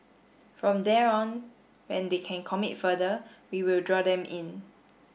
from there on when they can commit further we will draw them in